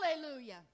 hallelujah